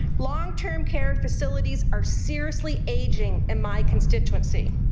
long-term care facilities are seriously aging in my constituency.